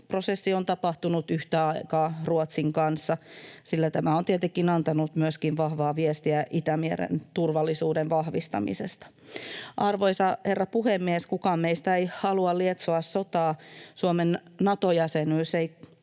hakuprosessi on tapahtunut yhtä aikaa Ruotsin kanssa, sillä tämä on tietenkin antanut myöskin vahvaa viestiä Itämeren turvallisuuden vahvistamisesta. Arvoisa herra puhemies! Kukaan meistä ei halua lietsoa sotaa. Suomen Nato-jäsenyys ei